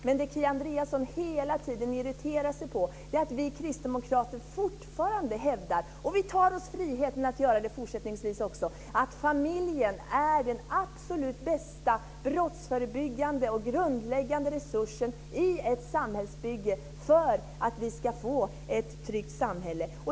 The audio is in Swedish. Vad Kia Andreasson hela tiden irriterar sig på är att vi kristdemokrater fortfarande hävdar - vi tar oss friheten att också fortsättningsvis göra det - att familjen är den absolut bästa brottsförebyggande och grundläggande resursen i ett samhällsbygge, för att få ett tryggt samhälle.